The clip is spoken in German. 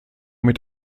mit